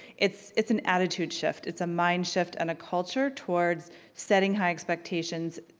it's it's an attitude shift. it's a mind shift and a culture towards setting high expectations,